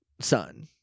son